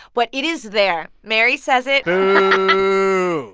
but it is there. mary says it boo